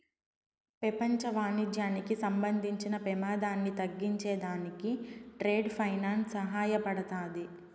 పెపంచ వాణిజ్యానికి సంబంధించిన పెమాదాన్ని తగ్గించే దానికి ట్రేడ్ ఫైనాన్స్ సహాయపడతాది